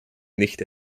nicht